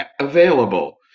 available